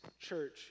church